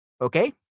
Okay